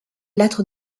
lattre